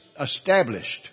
established